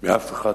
מאף אחד